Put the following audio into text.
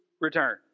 return